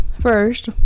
First